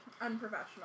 unprofessional